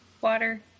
Water